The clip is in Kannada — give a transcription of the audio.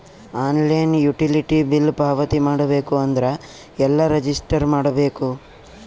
ಆನ್ಲೈನ್ ಯುಟಿಲಿಟಿ ಬಿಲ್ ಪಾವತಿ ಮಾಡಬೇಕು ಅಂದ್ರ ಎಲ್ಲ ರಜಿಸ್ಟರ್ ಮಾಡ್ಬೇಕು?